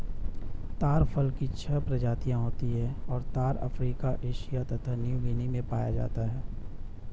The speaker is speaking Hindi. ताड़ फल की छह प्रजातियाँ होती हैं और ताड़ अफ्रीका एशिया तथा न्यूगीनी में पाया जाता है